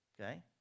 okay